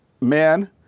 men